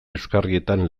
euskarrietan